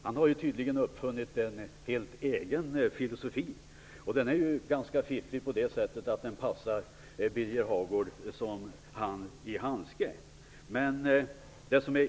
Han har tydligen uppfunnit en helt egen filosofi som är ganska fiffig och som passar honom som hand i handske.